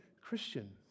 Christian